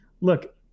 look